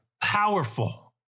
powerful